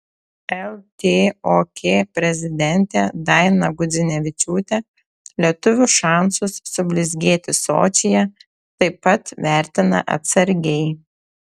ltok prezidentė daina gudzinevičiūtė lietuvių šansus sublizgėti sočyje taip pat vertina atsargiai